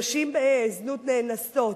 נשים בזנות נאנסות,